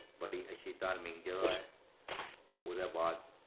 बड़ी अच्छी धार्मिक जगह ऐ ओह्दे बाद